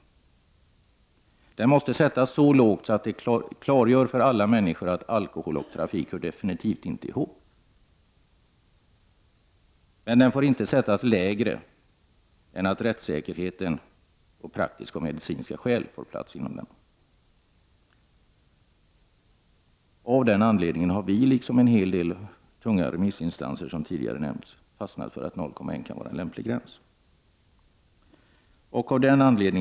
Den måste sättas på en så låg nivå att det klargörs för alla människor att alkohol och trafik absolut inte hör ihop. Men gränsen får inte sättas lägre än att rättssäkerheten och praktiska och medicinska hänsyn tas. Därför har vi i miljöpartiet liksom en hel del tunga remissinstanser, som tidigare nämnts, fastnat för att en promillegräns på 0,1 kan vara lämplig.